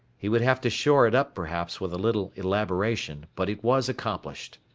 he would have to shore it up perhaps with a little elaboration, but it was accomplished.